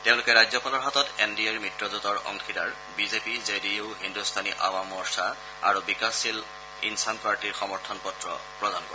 তেওঁলোকে ৰাজ্যপালৰ হাতত এন ডি এ মিত্ৰজেঁটৰ অংশীদাৰ BJP J D U Hindustani Awam Morcha আৰু বিকাশশীল ইনছান পাৰ্টীৰ সমৰ্থন পত্ৰ প্ৰদান কৰে